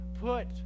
put